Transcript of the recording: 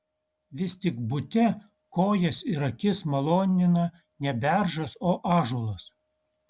vis tik bute kojas ir akis malonina ne beržas o ąžuolas